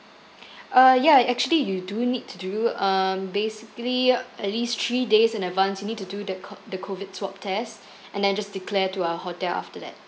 uh ya actually you do need to do uh basically at least three days in advance you need to do the CO~ the COVID swab test and then just declare to our hotel after that